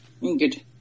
Good